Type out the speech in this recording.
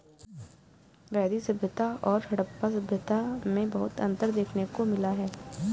वैदिक सभ्यता और हड़प्पा सभ्यता में बहुत अन्तर देखने को मिला है